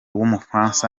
w’umufaransa